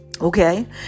Okay